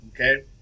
Okay